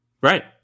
Right